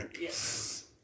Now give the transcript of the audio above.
Yes